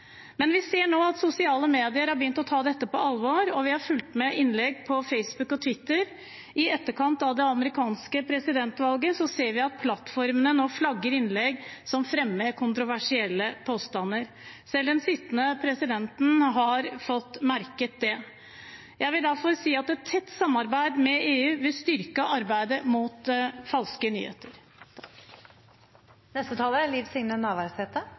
Vi ser nå at sosiale medier har begynt å ta dette på alvor. Vi har fulgt med på innlegg på Facebook og Twitter i etterkant av det amerikanske presidentvalget, og vi ser at plattformene nå flagger innlegg som fremmer kontroversielle påstander. Selv den sittende presidenten har fått merke det. Jeg vil derfor si at et tett samarbeid med EU vil styrke arbeidet mot falske nyheter.